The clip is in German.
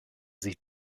sich